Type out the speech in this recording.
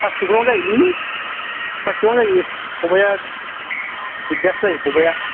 प्लास्टिकफ्राउनो जायो लै प्लास्टिकफ्राउनो जायो खबाया दिगदारसो जायो खबाया